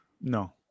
No